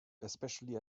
especially